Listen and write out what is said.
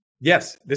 Yes